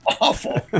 awful